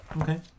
Okay